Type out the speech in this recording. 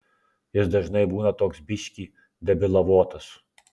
jis dažnai būna toks biškį debilavotas